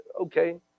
okay